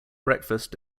breakfast